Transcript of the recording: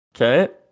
Okay